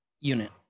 unit